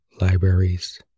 libraries